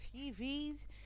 tvs